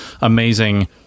amazing